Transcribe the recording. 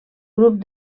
grup